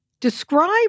Describe